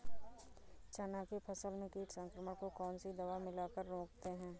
चना के फसल में कीट संक्रमण को कौन सी दवा मिला कर रोकते हैं?